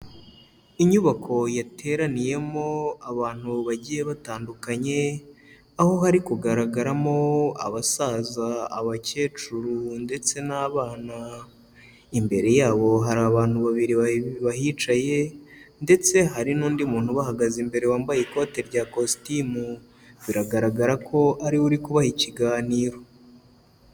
Inyubako yateraniyemo abantu bagiye batandukanye, aho hari kugaragaramo abasaza, abakecuru ndetse n'abana, imbere yabo hari abantu babiri bahicaye ndetse hari n'undi muntu ubahagaze imbere wambaye ikote rya kositimu, biragaragara ko ari we uri kubaha ikiganiro.